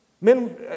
Men